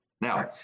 Now